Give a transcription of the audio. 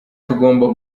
tugomba